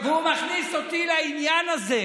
והוא מכניס אותי לעניין הזה.